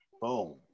Boom